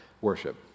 worship